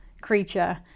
creature